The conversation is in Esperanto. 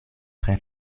tre